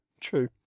true